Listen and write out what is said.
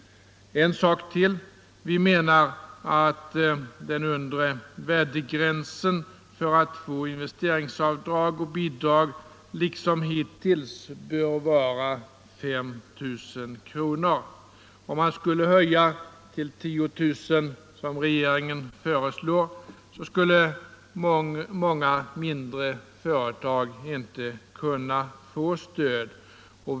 En sak till. Den undre gränsen för att få investeringsavdrag och bidrag bör liksom hittills vara 5 000 kr. Om man skulle höja den till 10 000 kr. som regeringen föreslår skulle många mindre företag inte kunna få stöd.